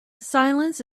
silence